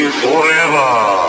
forever